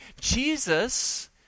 Jesus